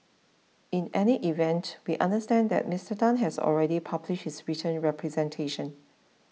in any event we understand that Mister Tan has already published his written representation